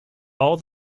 all